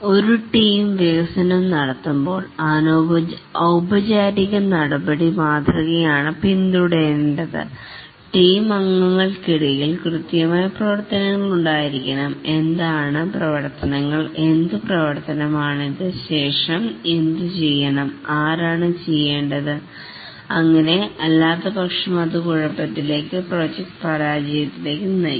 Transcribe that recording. ഒരു ടീം വികസനം നടത്തുമ്പോൾ ഔപചാരിക നടപടി മാതൃകയാണ് പിന്തുടരേണ്ടത് ടീം അംഗങ്ങൾക്കിടയിൽ കൃത്യമായ പ്രവർത്തനങ്ങൾ ഉണ്ടായിരിക്കണം എന്താണ് പ്രവർത്തനങ്ങൾ എന്ത് പ്രവർത്തനത്തിന് ശേഷം എന്തു ചെയ്യണം ആരാണ് ചെയ്യേണ്ടത് അങ്ങിനെ അല്ലാത്തപക്ഷം അത് കുഴപ്പത്തിലേക്ക് പ്രോജക്ട് പരാജയത്തിലേക്ക് നയിക്കും